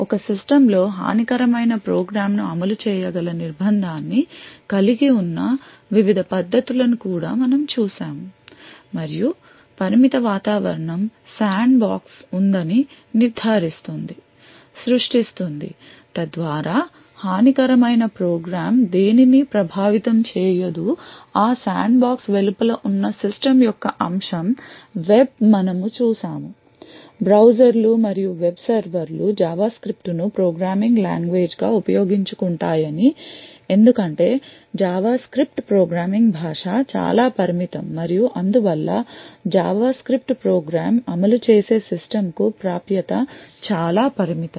ఒక సిస్టమ్ లో హానికరమైన ప్రోగ్రామ్ను అమలు చేయ గల నిర్బంధాన్ని కలిగి ఉన్న వివిధ పద్ధతులను కూడా మనము చూశాము మరియు పరిమిత వాతావరణం శాండ్బాక్స్ ఉందని నిర్ధారిస్తుంది సృష్టిస్తుంది తద్వారా హానికరమైన ప్రోగ్రామ్ దేనిని ప్రభావితం చేయదు ఆ శాండ్బాక్స్ వెలుపల ఉన్న సిస్టమ్ యొక్క అంశం వెబ్ మనము చూశాము బ్రౌజర్లు మరియు వెబ్ సర్వర్లు జావాస్క్రిప్ట్ను ప్రోగ్రామింగ్ లాంగ్వేజ్గా ఉపయోగించుకుంటాయని ఎందుకంటే జావాస్క్రిప్ట్ ప్రోగ్రామింగ్ భాష చాలా పరిమితం మరియు అందువల్ల జావాస్క్రిప్ట్ ప్రోగ్రామ్ అమలు చేసే సిస్టమ్కు ప్రాప్యత చాలా పరిమితం